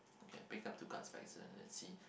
okay I pick up two cards but it's a let's see